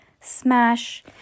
smash